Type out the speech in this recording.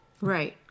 Right